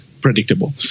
predictable